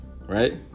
right